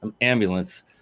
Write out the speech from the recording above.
ambulance